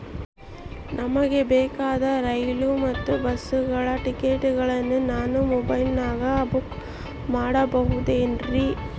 ನಮಗೆ ಬೇಕಾದ ರೈಲು ಮತ್ತ ಬಸ್ಸುಗಳ ಟಿಕೆಟುಗಳನ್ನ ನಾನು ಮೊಬೈಲಿನಾಗ ಬುಕ್ ಮಾಡಬಹುದೇನ್ರಿ?